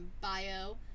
bio